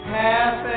half